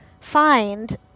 find